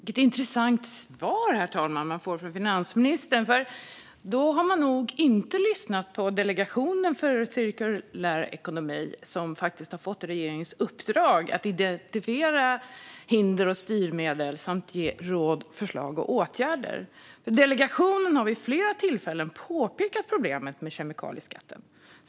Herr talman! Vilket intressant svar från finansministern! Han har nog inte lyssnat på Delegationen för cirkulär ekonomi, som ju faktiskt har fått i uppdrag av regeringen att identifiera hinder och styrmedel samt ge råd och föreslå åtgärder. Delegationen har vid flera tillfällen påpekat problemet med kemikalieskatten.